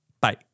Bye